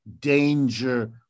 danger